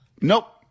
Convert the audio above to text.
Nope